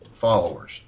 followers